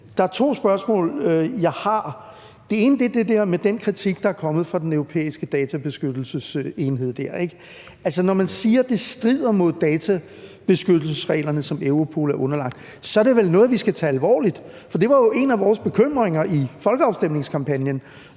jeg har to spørgsmål: Det ene er det der med den kritik, der er kommet fra den europæiske databeskyttelsesenhed. Når man siger, at det strider imod databeskyttelsesreglerne, som Europol er underlagt, så er det vel noget, vi skal tage alvorligt? Det var jo en af vores bekymringer i folkeafstemningskampagnen,